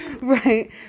Right